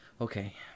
Okay